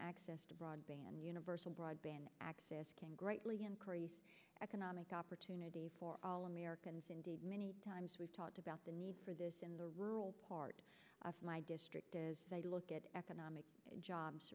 access to broadband universal broadband access can greatly increase economic opportunity for all americans indeed many times we've talked about the need for this in the rural part of my district is a look at economic jobs